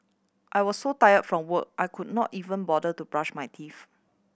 I was so tired from work I could not even bother to brush my teeth